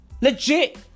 Legit